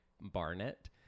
Barnett